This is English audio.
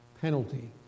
penalty